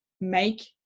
make